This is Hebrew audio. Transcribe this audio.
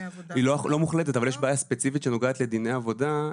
היא לא מוחלטת אבל יש בעיה ספציפית שנוגעת לדיני עבודה,